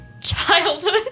Childhood